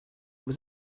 was